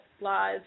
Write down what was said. laws